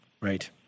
Right